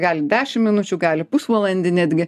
gali dešim minučių gali pusvalandį netgi